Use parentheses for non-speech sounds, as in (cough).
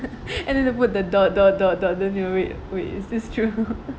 (laughs) and then they'll put the dot dot dot dot then you'll wait is this true